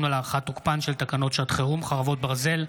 ולהארכת תוקפן של תקנות שעת חירום (חרבות ברזל)